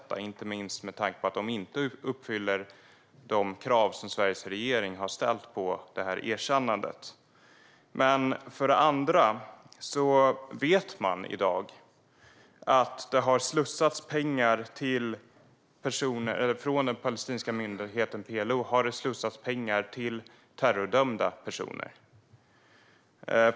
Det gäller inte minst med tanke på att det inte uppfyller de krav som Sveriges regering har ställt på erkännandet. För det andra vet man i dag att det har slussats pengar från den palestinska myndigheten PLO till terrordömda personer.